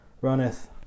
runneth